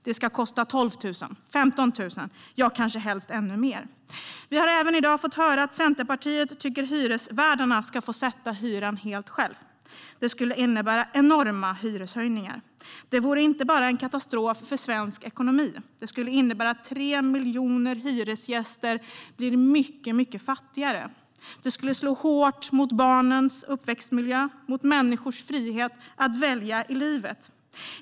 Det ska kosta 12 000, 15 000 - kanske helst ännu mer. Vi har även fått höra att Centerpartiet tycker att hyresvärdarna ska få sätta hyran helt själva. Det skulle innebära enorma hyreshöjningar. Det vore inte bara en katastrof för svensk ekonomi; det skulle innebära att 3 miljoner hyresgäster blir mycket fattigare. Det skulle slå hårt mot barnens uppväxtmiljö och mot människors frihet att välja i livet.